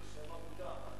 שם העמותה, מה אתה רוצה?